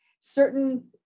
certain